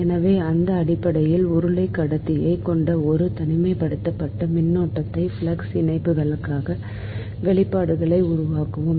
எனவே அதன் அடிப்படையில் உருளை கடத்தியைக் கொண்ட ஒரு தனிமைப்படுத்தப்பட்ட மின்னோட்டத்தின் ஃப்ளக்ஸ் இணைப்புகளுக்கான வெளிப்பாடுகளை உருவாக்குவோம்